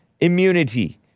immunity